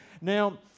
Now